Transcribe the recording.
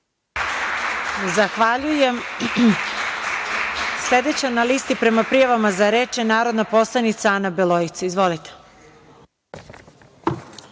Zahvaljujem. Sledeća na listi prema prijavama za reč je narodna poslanica Ana Beloica. Izvolite.